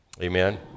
Amen